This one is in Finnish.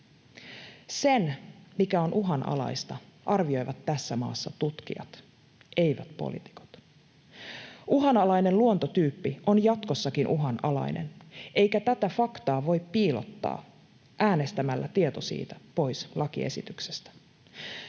Sen, mikä on uhanalaista, arvioivat tässä maassa tutkijat, eivät poliitikot. Uhanalainen luontotyyppi on jatkossakin uhanalainen, eikä tätä faktaa voi piilottaa äänestämällä tieto siitä pois lakiesityksestä.